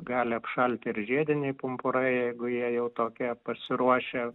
gali apšalti ir žiediniai pumpurai jeigu jie jau tokie pasiruošę